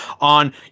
on